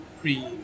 free